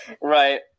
right